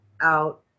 out